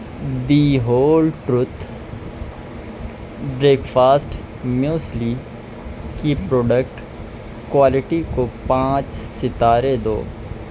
دی Whole Truth breakfast muesli کی product quality کو پانچ ستارے دو